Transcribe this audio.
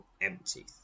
empty